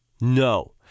no